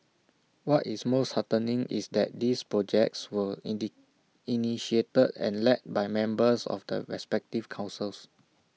what is most heartening is that these projects were indeed initiated and led by members of the respective councils